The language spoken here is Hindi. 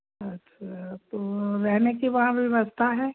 अच्छा तो रहने की वहाँ व्यवस्था है